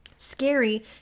scary